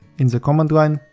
in the command line,